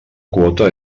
quota